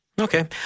Okay